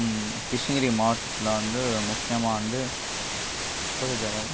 கிருஷ்ணகிரி மாவட்டத்தில் வந்து முக்கியமாக வந்து